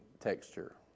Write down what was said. texture